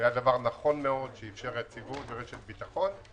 זה היה דבר נכון מאוד שאפשר יציבות ורשת ביטחון.